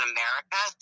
America